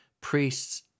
priests